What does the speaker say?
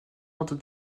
ordre